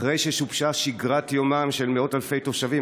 אחרי ששובשה שגרת יומם של מאות אלפי תושבים,